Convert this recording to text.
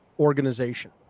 organization